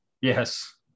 Yes